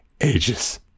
ages